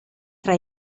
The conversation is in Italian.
tra